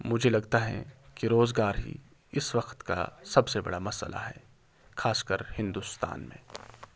مجھے لگتا ہیں کہ روزگار ہی اس وقت کا سب سے بڑا مسئلہ ہے خاص کر ہندوستان میں